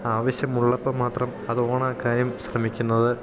ആവശ്യമുള്ളപ്പം മാത്രം അത് ഓണാക്കാനും ശ്രമിക്കുന്നത്